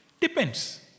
Depends